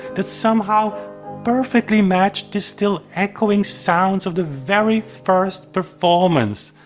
that somehow perfectly matched the still echoing sounds of the very first performance.